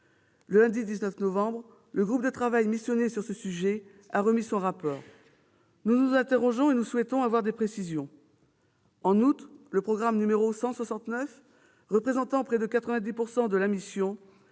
Le lundi 19 novembre, le groupe de travail missionné sur ce sujet a remis son rapport. Nous nous interrogeons et nous souhaitons avoir des précisions sur ce point. En outre, le programme 169, qui représente près de 90 % de la mission,